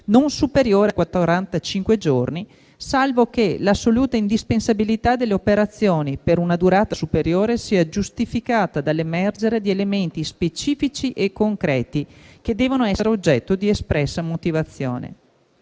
non superiore a quarantacinque giorni, salvo che l'assoluta indispensabilità delle operazioni per una durata superiore sia giustificata dall'emergere di elementi specifici e concreti che devono essere oggetto di espressa motivazione.